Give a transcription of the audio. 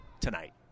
tonight